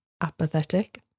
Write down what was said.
apathetic